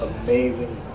amazing